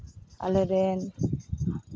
ᱟᱞᱮ ᱨᱮᱱ